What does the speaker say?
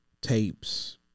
tapes